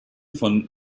von